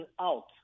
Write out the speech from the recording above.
out